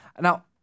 Now